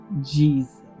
jesus